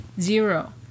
Zero